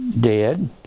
dead